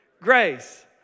grace